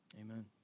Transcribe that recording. Amen